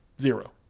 zero